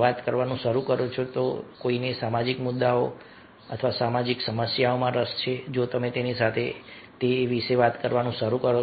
વાત કરવાનું શરૂ કરો છો તો કોઈને સામાજિક મુદ્દાઓ સામાજિક સમસ્યાઓમાં રસ છે જો તમે તેની સાથે વાત કરવાનું શરૂ કરો છો